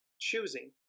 choosing